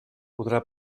podrà